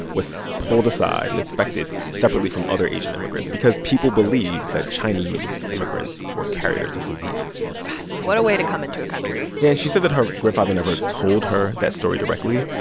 was pulled aside and inspected separately from other asian immigrants because people believed that chinese immigrants were carriers of disease what a way to come into a country yeah. and she said that her grandfather never told her that story directly.